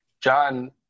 John